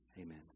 Amen